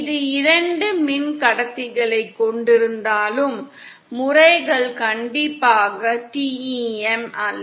இது இரண்டு மின்கடத்திகளை கொண்டிருந்தாலும் முறைகள் கண்டிப்பாக TEM அல்ல